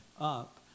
up